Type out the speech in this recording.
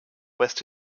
west